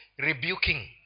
rebuking